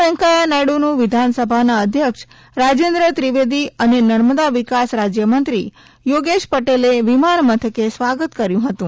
વેંકૈયા નાયડુનું વિધાનસભાના અધ્યક્ષ રાજેન્દ્ર ત્રિવેદી અને નર્મદા વિકાસ રાજ્યમંત્રી યોગેશ પટેલે વિમાન મથકે સ્વાગત કર્યું હતુ